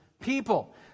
people